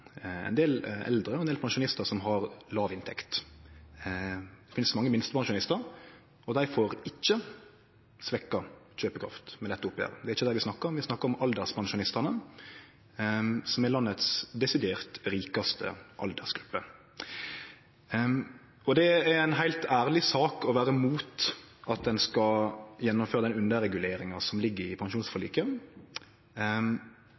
ein del eldre og ein del pensjonistar som har låg inntekt. Det finst mange minstepensjonistar, og dei får ikkje svekt kjøpekraft med dette oppgjeret. Det er ikkje dei vi snakkar om – vi snakkar om alderspensjonistane, som er landets desidert rikaste aldersgruppe. Det er ei heilt ærleg sak å vere mot at ein skal gjennomføre den underreguleringa som ligg i